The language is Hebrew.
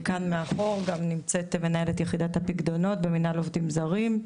כאן מאחור גם נמצאת מנהלת יחידת הפיקדונות במנהל עובדים זרים,